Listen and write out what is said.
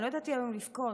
אני לא ידעתי היום אם לבכות,